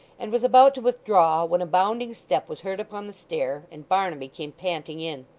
and was about to withdraw, when a bounding step was heard upon the stair, and barnaby came panting in.